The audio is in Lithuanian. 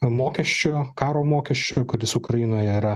mokesčio karo mokesčio kad jis ukrainoje yra